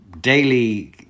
daily